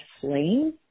flame